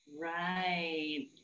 right